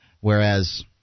Whereas